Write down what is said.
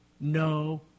No